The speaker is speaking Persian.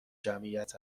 جمعیت